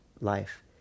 life